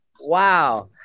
Wow